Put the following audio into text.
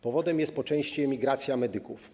Powodem jest po części emigracja medyków.